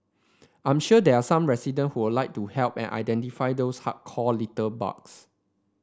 I'm sure there are some resident who would like to help identify those hardcore litterbugs